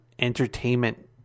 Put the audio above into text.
entertainment